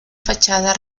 fachada